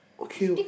okay okay